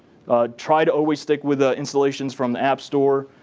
try to always stick with ah installations from the app store,